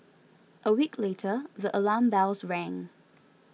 a week later the alarm bells rang